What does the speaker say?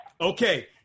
Okay